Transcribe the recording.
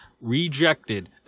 Rejected